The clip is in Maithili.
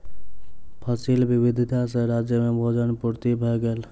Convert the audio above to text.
फसिल विविधता सॅ राज्य में भोजन पूर्ति भ गेल